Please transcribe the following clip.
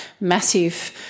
massive